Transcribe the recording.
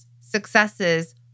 successes